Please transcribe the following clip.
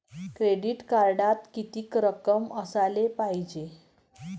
Credit कार्डात कितीक रक्कम असाले पायजे?